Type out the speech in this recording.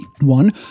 one